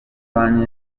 banki